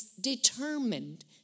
determined